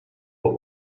what